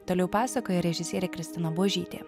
toliau pasakoja režisierė kristina buožytė